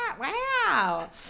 Wow